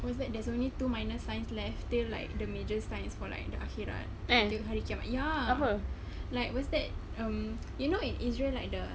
what's that there's only two minor signs left till like the major signs for like the akhirat hari kiamat ya uh like what's that um you know in israel like the